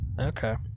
Okay